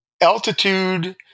Altitude